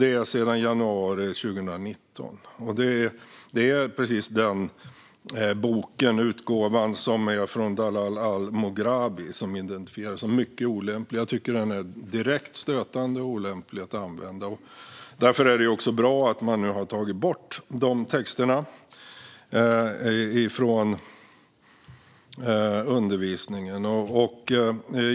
Det skedde i januari 2019. Det är precis den boken och utgåvan, med berättelsen om Dalal al-Mughrabi, som identifieras som mycket olämplig. Jag tycker att den är direkt stötande och olämplig att använda. Därför är det också bra att man nu har tagit bort de texterna från undervisningen.